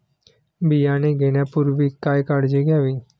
बियाणे घेण्यापूर्वी काय काळजी घ्यावी?